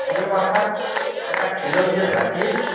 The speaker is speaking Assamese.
অসমীয়া ভাষা এটা খিলঞ্জীয়া জাতিৰ